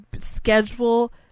Schedule